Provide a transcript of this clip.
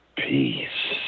peace